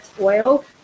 oil